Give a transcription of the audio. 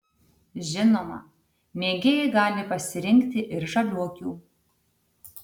žinoma mėgėjai gali pasirinkti ir žaliuokių